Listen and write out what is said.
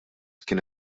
kien